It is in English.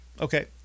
Okay